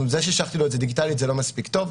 זה ששלחתי לו את זה דיגיטלית, זה לא מספיק טוב.